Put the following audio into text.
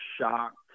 shocked